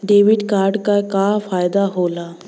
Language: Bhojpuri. डेबिट कार्ड क का फायदा हो ला?